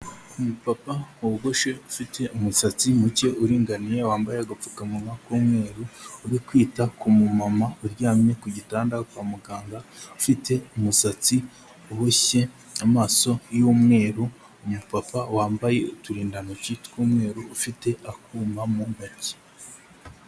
Umupapa wogoshe ufite umusatsi muke uringaniye wambaye agapfukamunwa k'umweru, uri kwita ku mumama uryamye ku gitanda kwa muganga ufite umusatsi uboshye, amaso y'umweru, umupapa wambaye uturindantoki tw'umweru ufite akuma mu ntoki.